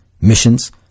missions